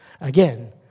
Again